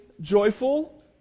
joyful